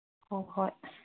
ꯍꯣꯏ ꯍꯣꯏ